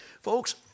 Folks